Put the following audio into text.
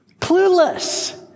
clueless